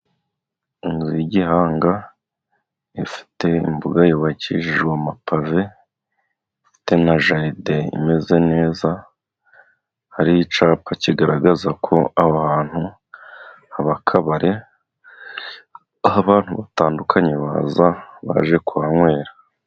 Inzu y'igihanga ifite imbuga yubakishijwe amapave, ifite na jaride imeze neza, hari icyapa kigaragaza ko aho abantu haba akabare, aho abantu batandukanye baza baje kuhanywera.